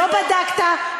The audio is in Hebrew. לא בדקת,